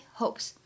hopes